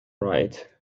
write